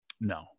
No